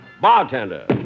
bartender